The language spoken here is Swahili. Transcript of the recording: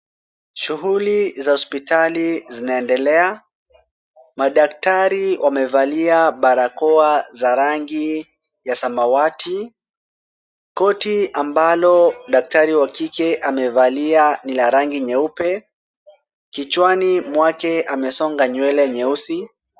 Shughuli za hospitali zinaendelea. Madaktari wamevalia barakoa za rangi ya samawati. Koti ambalo daktari wa kike amevalia ni la rangi nyeupe. Kichwani mwake amesonga nywele nyeusi.